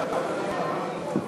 סעיפים